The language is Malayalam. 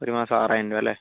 ഒരുമാസം ആറായിരം രൂപ അല്ലേ